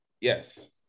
Yes